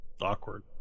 awkward